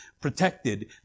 protected